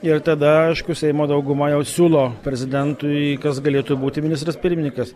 ir tada aišku seimo dauguma jau siūlo prezidentui kas galėtų būti ministras pirmininkas